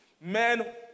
Men